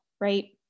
Right